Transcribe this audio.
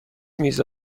میز